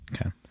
Okay